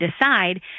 decide